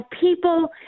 people